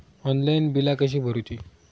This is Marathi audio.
ऑनलाइन बिला कशी भरूची?